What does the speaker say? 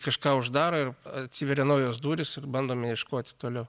kažką uždaro ir atsiveria naujos durys ir bandome ieškoti toliau